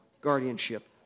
guardianship